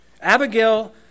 Abigail